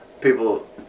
People